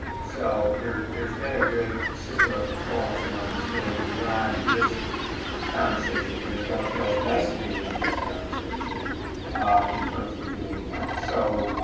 so, there's there's been a good system of control and some understanding beyond this conversation, but it upheld nicely until this conversation in terms of doing that. so,